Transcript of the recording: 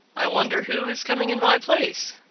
i wonder who is coming in my place.